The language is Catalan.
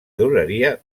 duraria